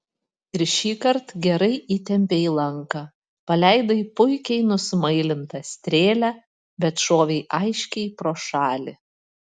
ir šįkart gerai įtempei lanką paleidai puikiai nusmailintą strėlę bet šovei aiškiai pro šalį